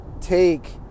take